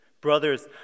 Brothers